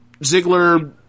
Ziggler